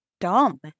dumb